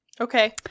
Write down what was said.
Okay